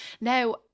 now